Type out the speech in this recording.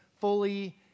fully